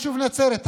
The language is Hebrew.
היישוב נצרת,